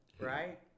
right